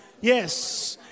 Yes